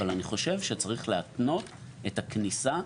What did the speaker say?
אבל אני חושב שצריך להתנות את הכניסה.